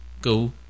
go